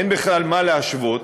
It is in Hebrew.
אין בכלל מה להשוות.